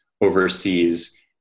overseas